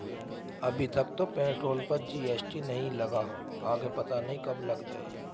अभी तक तो पेट्रोल पर जी.एस.टी नहीं लगा, आगे पता नहीं कब लग जाएं